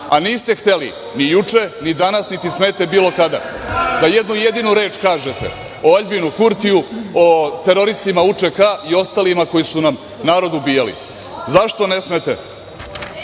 a niste hteli ni juče ni danas niti smete bilo kada da jednu jedinu reč kažete o Aljbinu Kurtiju, o teroristima UČK i ostalima koji su nam narod ubijali.Zašto ne smete?